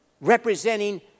representing